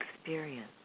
experience